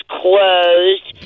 closed